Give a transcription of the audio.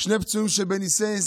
שני פצועים שבניסי-ניסים,